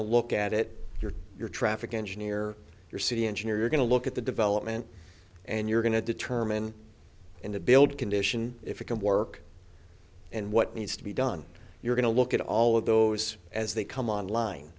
to look at it you're your traffic engineer your city engineer you're going to look at the development and you're going to determine in the build condition if it can work and what needs to be done you're going to look at all of those as they come online